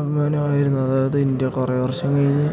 അഭിമാനമായിരുന്നു അതായത് ഇന്ത്യ കുറേ വർഷം കഴിഞ്ഞ്